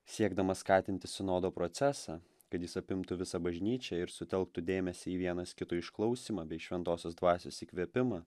siekdamas skatinti sinodo procesą kad jis apimtų visą bažnyčią ir sutelktų dėmesį į vienas kito išklausymą bei šventosios dvasios įkvėpimą